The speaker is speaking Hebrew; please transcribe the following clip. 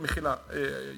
במחילה,